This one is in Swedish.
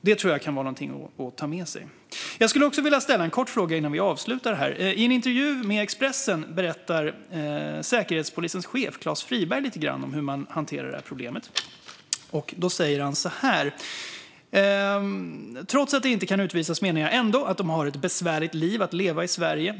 Detta tror jag kan vara någonting att ta med sig. Jag skulle vilja ställa en kort fråga. I en intervju med Expressen berättade Säkerhetspolisens chef Klas Friberg lite grann om hur man hanterar detta problem. Han sa följande: "Trots att de inte kan utvisas menar jag ändå att de har ett besvärande liv att leva i Sverige.